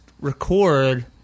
record